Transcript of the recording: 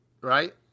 right